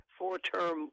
four-term